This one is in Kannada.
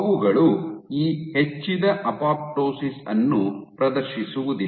ಅವುಗಳು ಈ ಹೆಚ್ಚಿದ ಅಪೊಪ್ಟೋಸಿಸ್ ಅನ್ನು ಪ್ರದರ್ಶಿಸುವುದಿಲ್ಲ